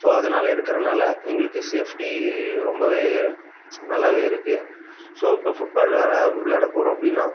so அதனால இருக்கிறனால எங்களுக்கு சேஃப்டி ரொம்பவே நல்லாவே இருக்குது ஸோ இப்போ ஃபுட் பால் விளாட விளாட போகிறோம் அப்படின்னா